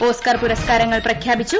Oscar പുരസ്കാരൂങ്ങൾ പഖ്യാപിച്ചു